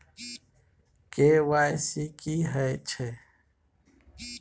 KYC की हय छै?